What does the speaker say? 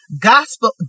Gospel